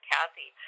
Kathy